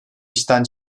işten